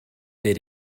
did